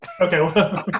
Okay